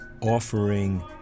offering